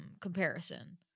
comparison